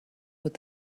with